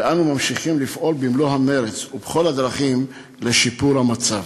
ואנו ממשיכים לפעול בכל המרץ ובכל הדרכים לשיפור המצב.